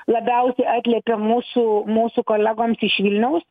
labiausiai atliepia mūsų mūsų kolegoms iš vilniaus